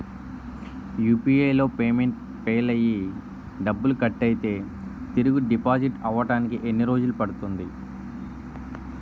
UPI లో payment fail అయ్యి డబ్బులు కట్ అయితే తిరిగి డిపాజిట్ అవ్వడానికి ఎన్ని రోజులు పడుతుంది?